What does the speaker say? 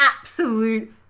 absolute